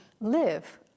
live